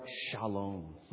Shalom